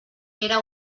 era